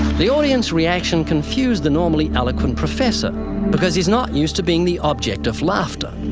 the audience reaction confused the normally eloquent professor because he's not used to being the object of laughter.